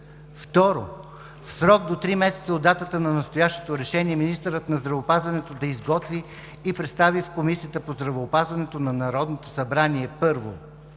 Второ, в срок до 3 месеца от датата на настоящото решение министърът на здравеопазването да изготви и представи в Комисията по здравеопазването на Народното събрание: 1.